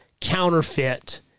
counterfeit